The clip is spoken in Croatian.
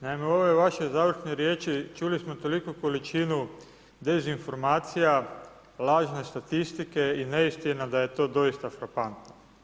Naime, u ovoj vašoj završnoj riječi čuli smo toliku količinu dezinformacija, lažne statistike i neistina da je to doista frapantno.